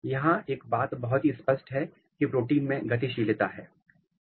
यहां एक बात बहुत ही स्पष्ट है की प्रोटीन में गतिशीलता है